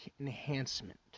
enhancement